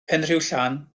penrhiwllan